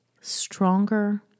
stronger